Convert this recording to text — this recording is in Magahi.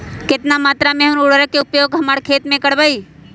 कितना मात्रा में हम उर्वरक के उपयोग हमर खेत में करबई?